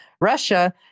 Russia